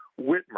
Whitmer